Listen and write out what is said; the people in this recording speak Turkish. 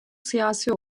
siyasi